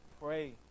pray